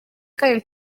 kandi